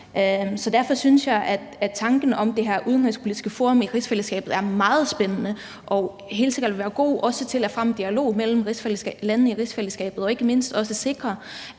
Derfor synes jeg, at tanken om det her udenrigspolitiske forum i rigsfællesskabet er meget spændende og helt sikkert vil være god, også til at fremme dialogen mellem landene i rigsfællesskabet og ikke mindst sikre,